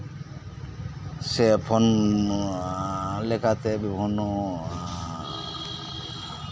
ᱥᱮ ᱯᱷᱳᱱ ᱞᱮᱠᱟᱛᱮ ᱵᱤᱵᱷᱤᱱᱱᱚ